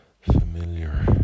familiar